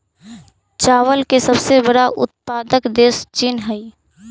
चावल के सबसे बड़ा उत्पादक देश चीन हइ